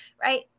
Right